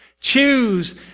Choose